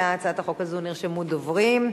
להצעת החוק הזאת נרשמו דוברים.